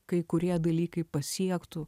kai kurie dalykai pasiektų